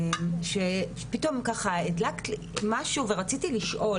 שפתאום ככה הדלקת לי משהו ורציתי לשאול,